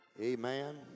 Amen